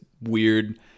weird